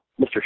Mr